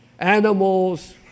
Animals